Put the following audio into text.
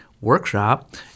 workshop